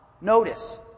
notice